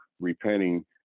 repenting